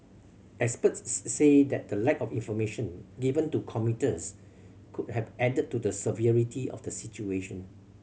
experts say that the lack of information given to commuters could have added to the severity of the situation